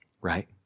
right